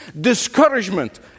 discouragement